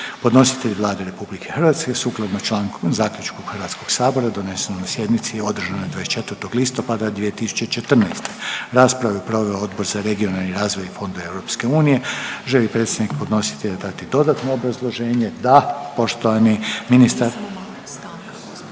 podnositelj je Vlada RH sukladno članku, zaključku HS-a donesenom na sjednici održanoj 24. listopada 2014. Raspravu je proveo Odbor za regionalni razvoj i fondove EU. Želi li predstavnik podnositelja dati dodatno obrazloženje? Da, poštovani ministar.